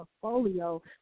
portfolio